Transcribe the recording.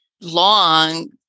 long